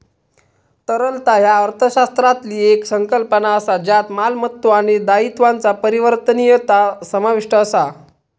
तरलता ह्या अर्थशास्त्रातली येक संकल्पना असा ज्यात मालमत्तो आणि दायित्वांचा परिवर्तनीयता समाविष्ट असा